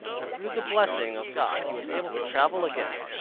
and through the blessing of god he was able to travel again.